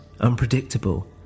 unpredictable